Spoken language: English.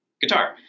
guitar